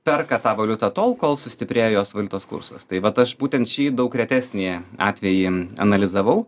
perka tą valiutą tol kol sustiprėjo jos valiutos kursas tai vat aš būtent šį daug retesnį atvejin analizavau